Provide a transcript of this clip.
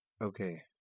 Okay